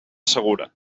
segura